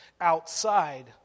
outside